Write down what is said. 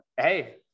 Hey